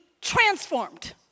transformed